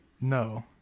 No